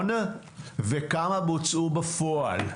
האחרון וכמה בוצעו בפועל.